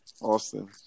Austin